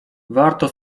warto